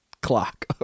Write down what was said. clock